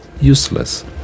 useless